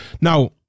Now